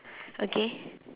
okay